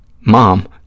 Mom